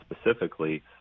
specifically